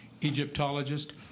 Egyptologist